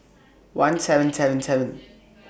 one seven seven seven